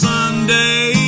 Sunday